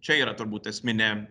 čia yra turbūt esminė